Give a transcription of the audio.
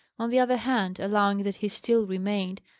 on the other hand, allowing that he still remained,